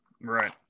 Right